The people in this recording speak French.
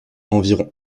environ